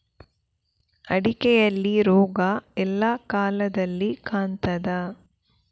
ಅಡಿಕೆಯಲ್ಲಿ ರೋಗ ಎಲ್ಲಾ ಕಾಲದಲ್ಲಿ ಕಾಣ್ತದ?